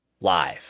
live